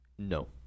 No